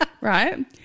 Right